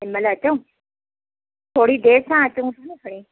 हिन महिल अचांव थोरी देरि सां अचूंसि न खणी